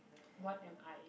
what am I